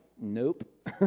nope